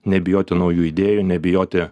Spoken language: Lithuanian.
nebijoti naujų idėjų nebijoti